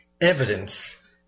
evidence